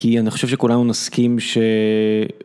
כי אני חושב שכולנו נסכים ש...